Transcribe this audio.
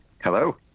Hello